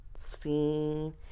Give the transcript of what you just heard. seen